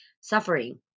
suffering